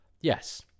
yes